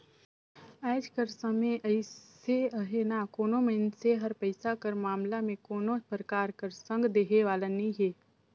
आएज कर समे अइसे अहे ना कोनो मइनसे हर पइसा कर मामला में कोनो परकार कर संग देहे वाला नी हे